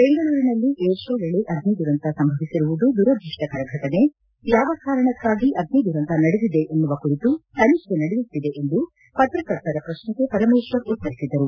ಬೆಂಗಳೂರಿನಲ್ಲಿ air show ವೇಳೆ ಅಗ್ನಿ ದುರಂತ ಸಂಭವಿಸಿರುವುದು ದುರದೃಷ್ಟಕರ ಘಟನೆ ಯಾವ ಕಾರಣಕ್ಕಾಗಿ ಅಗ್ನಿ ದುರಂತ ನಡೆದಿದೆ ಎನ್ನುವ ಕುರಿತು ತನಿಖೆ ನಡೆಯುತ್ತಿದೆ ಎಂದು ಪತ್ರಕರ್ತರ ಪ್ರಶ್ನೆಗೆ ಪರಮೇಶ್ವರ್ ಉತ್ತರಿಸಿದರು